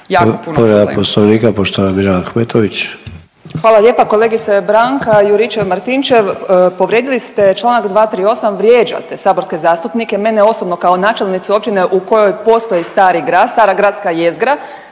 Mirela Ahmetović. **Ahmetović, Mirela (SDP)** Hvala lijepo. Kolegice Branka Juričev Martinčev povrijedili ste Članak 238., vrijeđate saborske zastupnike, mene osobno kao načelnicu općine u kojoj postoji stari grad, stara